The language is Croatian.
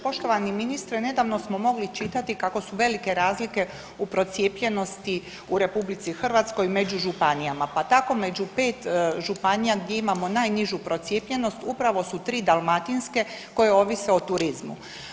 Poštovani ministre nedavno smo mogli čitati kako su velike razlike u procijepljenosti u Republici Hrvatskoj među županijama, pa tako među 5 županija gdje imamo najnižu procijepljenost upravo su tri dalmatinske koje ovise o turizmu.